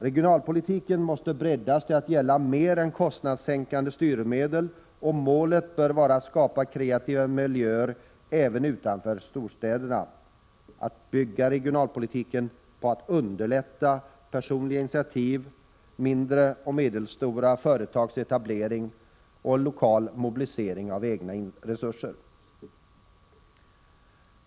Regionalpolitiken måste breddas till att gälla mer än kostnadssänkande styrmedel, och målet bör vara att skapa kreativa miljöer även utanför storstäderna, att bygga regionalpolitiken på att personliga initiativ underlättats, mindre och medelstora företags etablering och lokal mobilisering av egna resurser.